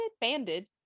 banded